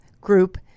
Group